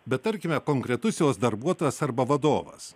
bet tarkime konkretus jos darbuotojas arba vadovas